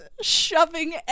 shoving